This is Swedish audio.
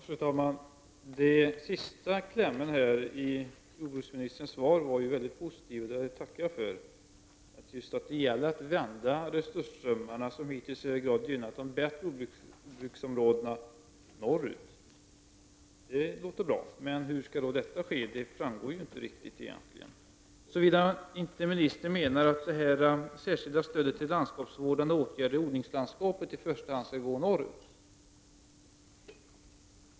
Fru talman! Den sista klämmen i jordbruksministerns svar var mycket positiv. Det tackar jag för. Det gäller att vända resursströmmarna, som hittills i hög grad har gynnat de bästa jordbruksområdena, norrut. Det låter bra, men hur skall detta ske? Det framgår egentligen inte riktigt, såvida inte ministern menar att det särskilda stödet till landskapsvårdande åtgärder i odlingslandskapet i första hand skall gå norrut.